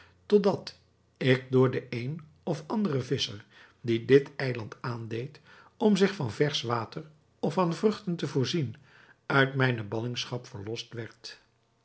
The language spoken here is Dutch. totdat ik door den een of anderen visscher die dit eiland aandeed om zich van versch water of van vruchten te voorzien uit mijne ballingschap verlost